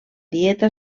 dieta